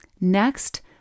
Next